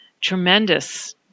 tremendous